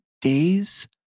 days